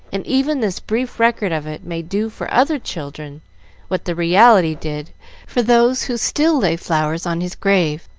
and even this brief record of it may do for other children what the reality did for those who still lay flowers on his grave,